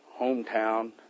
hometown